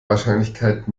wahrscheinlichkeit